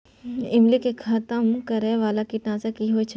ईमली के खतम करैय बाला कीट नासक की होय छै?